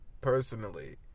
personally